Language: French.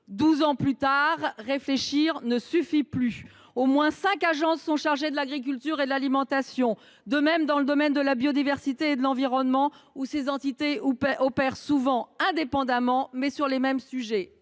ans plus tard, réfléchir ne suffit plus. Au moins cinq agences sont chargées de l’agriculture et de l’alimentation. Dans le domaine de la biodiversité et de l’environnement, ces entités opèrent souvent indépendamment, mais sur les mêmes sujets.